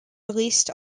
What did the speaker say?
released